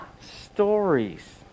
stories